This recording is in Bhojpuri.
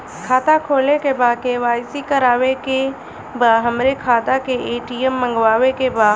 खाता खोले के बा के.वाइ.सी करावे के बा हमरे खाता के ए.टी.एम मगावे के बा?